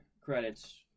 credits